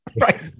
right